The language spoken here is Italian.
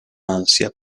ansia